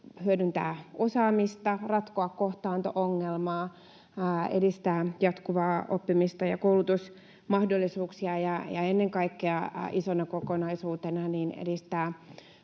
hyödyntää osaamista, ratkoa kohtaanto-ongelmaa, edistää jatkuvaa oppimista ja koulutusmahdollisuuksia ja ennen kaikkea isona kokonaisuutena edistää